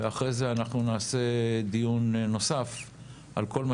ואחרי זה אנחנו נעשה דיון נוסף על כל מה